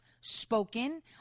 spoken